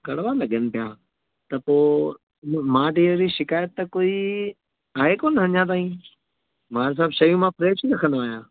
कड़वा लॻनि पिया त पो इहो मां वटि अहिड़ी त शिकायत कोई आहे कोन्हे अञा ताईं माल सभु शयूं मां फ्रेश ई रखंदो आहियां